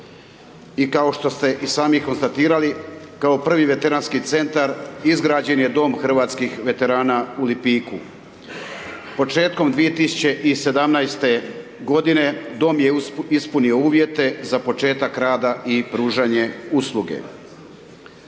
I kao što ste i sami konstatirali, kao prvi Veteranski Centar izrađen je Dom hrvatskih veterana u Lipiku. Početkom 2017.-te godine Dom je ispunio uvjete za početak rada i pružanje usluge.